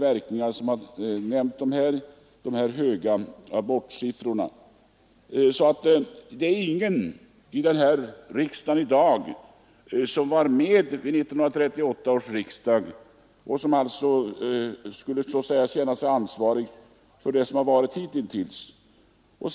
Ingen som i dag tillhör riksdagen gjorde det 1938, och ingen av oss kan alltså känna sig ansvarig för det som hitintills skett.